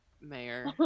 Mayor